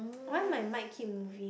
why my mike keep moving